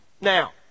Now